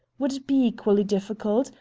would it be equally difficult,